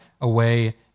away